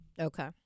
Okay